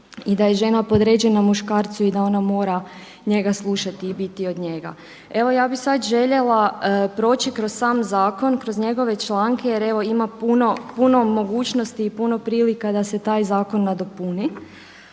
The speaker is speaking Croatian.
i da je žena podređena muškarcu i da ona mora njega slušati i biti od njega. Evo ja bi sad željela proći kroz sam zakon, kroz njegove članke jer evo ima puno mogućnosti i puno prilika da se taj zakon nadopuni.